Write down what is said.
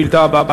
השאילתה הבאה,